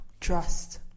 trust